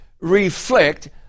reflect